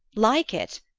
like it?